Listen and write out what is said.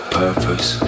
purpose